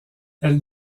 elle